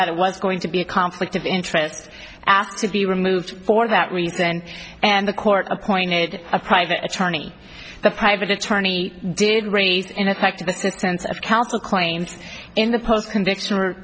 that it was going to be a conflict of interest to be removed for that reason and the court appointed a private attorney the private attorney did raise in effect the substance of counsel claims in the post convict